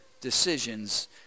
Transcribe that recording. decisions